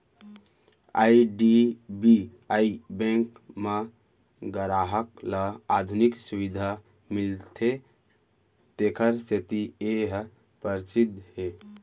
IDBI bank म गराहक ल आधुनिक सुबिधा मिलथे तेखर सेती ए ह परसिद्ध हे